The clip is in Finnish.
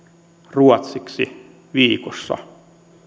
ruotsiksi viikossa